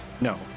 No